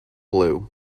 blue